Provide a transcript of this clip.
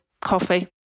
coffee